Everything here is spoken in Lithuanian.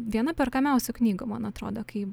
viena perkamiausių knygų man atrodo kai